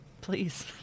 Please